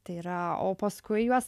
tai yra o paskui juos